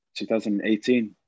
2018